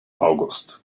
august